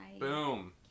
boom